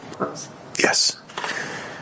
Yes